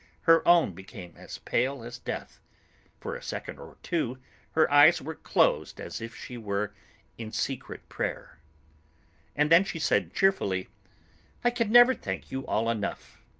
her own became as pale as death for a second or two her eyes were closed as if she were in secret prayer and then she said cheerfully i can never thank you all enough.